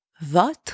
votre